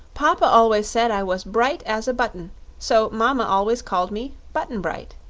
papa always said i was bright as a button, so mama always called me button-bright,